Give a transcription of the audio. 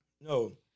No